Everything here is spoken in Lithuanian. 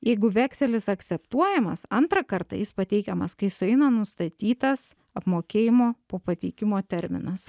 jeigu vekselis akseptuojamas antrą kartą jis pateikiamas kai sueina nustatytas apmokėjimo po pateikimo terminas